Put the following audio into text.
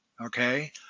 okay